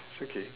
it's okay